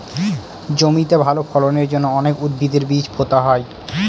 জমিতে ভালো ফলনের জন্য অনেক উদ্ভিদের বীজ পোতা হয়